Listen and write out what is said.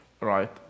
right